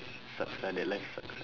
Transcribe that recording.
sucks ah that life sucks ah